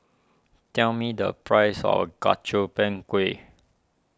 tell me the price of Gobchang Gui